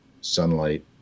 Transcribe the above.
sunlight